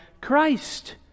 Christ